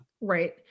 Right